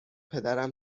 پدرم